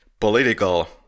political